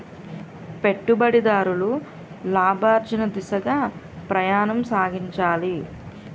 పెట్టుబడిదారులు లాభార్జన దిశగా ప్రయాణం సాగించాలి